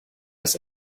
das